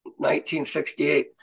1968